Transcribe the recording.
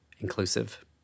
inclusive